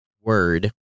word